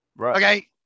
Okay